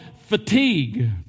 fatigue